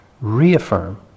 reaffirm